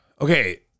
Okay